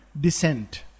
Descent